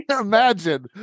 Imagine